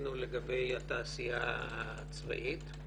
שעשינו לגבי התעשייה הצבאית.